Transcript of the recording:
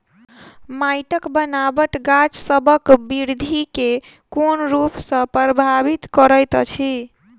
माइटक बनाबट गाछसबक बिरधि केँ कोन रूप सँ परभाबित करइत अछि?